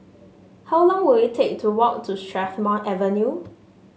how long will it take to walk to Strathmore Avenue